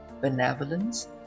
benevolence